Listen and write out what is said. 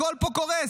הכול פה קורס.